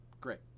Great